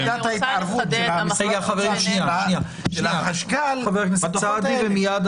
משום של הייתה כוונה שהחשב הכללי יתחיל